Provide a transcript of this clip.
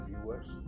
viewers